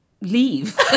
leave